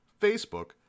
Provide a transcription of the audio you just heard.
Facebook